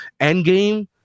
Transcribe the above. Endgame